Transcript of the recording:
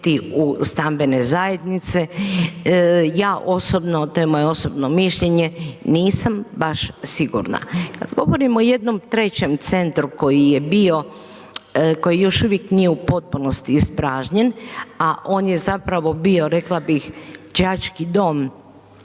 u stambene zajednice? Ja osobno, to je moje osobno mišljenje, nisam baš sigurna. Kad govorimo o jednom trećem centru koji je bio, koji još uvijek nije u potpunosti ispražnjen, a on je zapravo bio, rekla bih đački dom